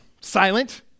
silent